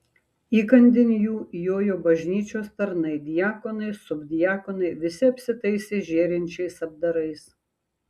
įkandin jų jojo bažnyčios tarnai diakonai ir subdiakonai visi apsitaisę žėrinčiais apdarais